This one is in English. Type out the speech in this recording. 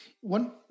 One